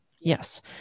Yes